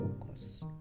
focus